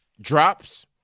Drops